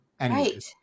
Right